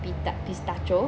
pista~ pistachio